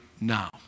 now